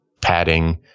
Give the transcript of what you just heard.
padding